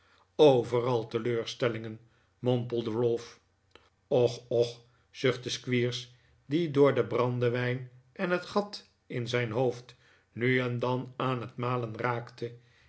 overal teleurstellingen mompelde ralph och och zuchtte squeers die door den brandewijn en het gat in zijn hoofd nu en dan aan het malen raakte